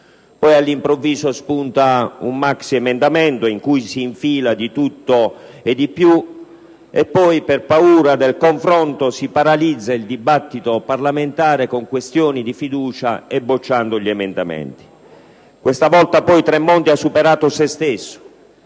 poi, all'improvviso, spunta un maxiemendamento in cui si infila di tutto e di più, e poi, per paura del confronto, si paralizza il dibattito parlamentare con questioni di fiducia e bocciando gli emendamenti. Questa volta il ministro Tremonti ha superato se stesso,